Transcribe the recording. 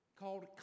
called